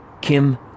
Kim